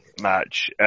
match